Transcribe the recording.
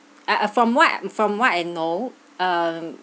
ah ah from what I from what I know um